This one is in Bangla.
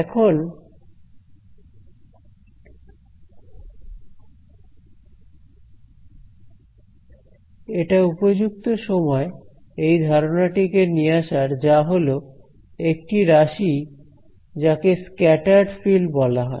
এখন এটা উপযুক্ত সময় এই ধারণাটি কে নিয়ে আসার যা হলো একটি রাশি যাকে স্ক্যাটার্ড ফিল্ড বলা হয়